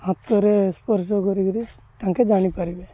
ହାତରେ ସ୍ପର୍ଶ କରିକିରି ତାଙ୍କେ ଜାଣିପାରିବେ